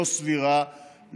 לא סבירה,